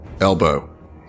elbow